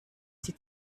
die